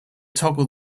toggle